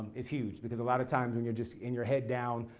is huge. because a lot of times when you're just in your head down,